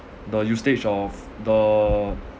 the usage of the